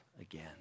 again